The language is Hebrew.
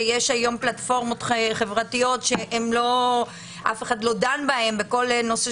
ויש היום פלטפורמות חברתיות ואף אחד לא דן בהן ולכן,